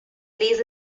plays